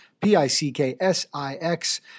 p-i-c-k-s-i-x